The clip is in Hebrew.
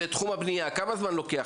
כמה זמן לוקח